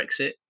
Brexit